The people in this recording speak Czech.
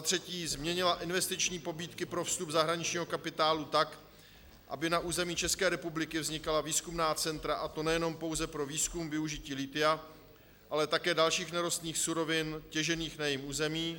3. změnila investiční pobídky pro vstup zahraničního kapitálu tak, aby na území České republiky vznikala výzkumná centra, a to nejenom pro výzkum využití lithia, ale také dalších nerostných surovin těžených na jejím území;